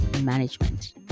management